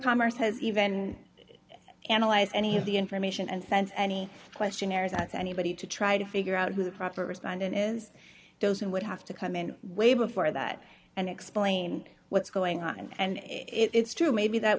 commerce has even analyze any of the information and sense any questionnaires at anybody to try to figure out who the proper respondent is those and would have to come in way before that and explain what's going on and it's true maybe that